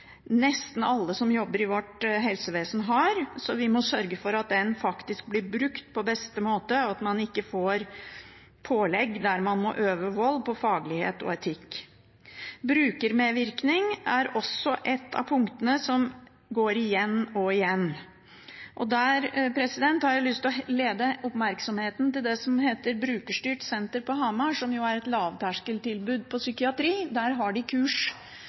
nesten alle som jobber i vårt helsevesen, har. Vi må sørge for at den blir brukt på beste måte, og at man ikke får pålegg der man må øve vold på faglighet og etikk. Brukermedvirkning er også et av punktene som går igjen og igjen. Der har jeg lyst til å henlede oppmerksomheten på det som heter Brukerstyrt senter på Hamar, som er et lavterskel tilbud innen psykiatri. Der har de kurs